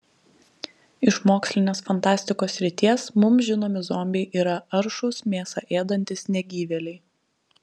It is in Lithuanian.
iš mokslinės fantastikos srities mums žinomi zombiai yra aršūs mėsą ėdantys negyvėliai